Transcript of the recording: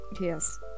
Yes